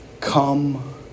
Come